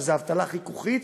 שזה אבטלה חיכוכית,